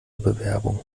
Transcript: bewerbung